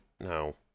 No